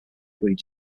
breed